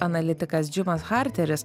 analitikas džimas harteris